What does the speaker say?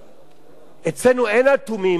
אצלנו אין אטומים ואטומות.